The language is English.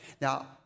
Now